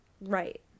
right